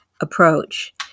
approach